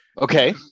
Okay